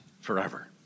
forever